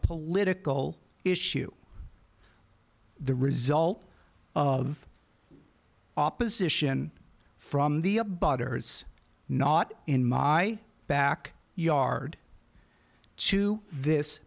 political issue the result of opposition from the a bugger it's not in my back yard to this